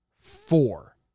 four